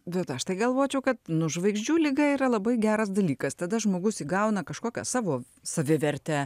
bet aš tai galvočiau kad nu žvaigždžių liga yra labai geras dalykas tada žmogus įgauna kažkokią savo savivertę